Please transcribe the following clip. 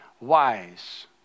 wise